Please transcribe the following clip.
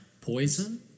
Poison